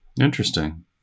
interesting